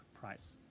price